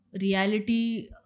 reality